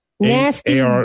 Nasty